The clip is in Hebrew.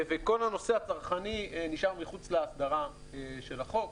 כל הנושא הצרכני נשאר מחוץ להסדרה של החוק.